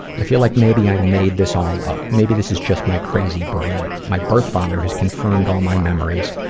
i feel like maybe i made this all up. maybe this is just my crazy brain. my birth father has confirmed all my memories,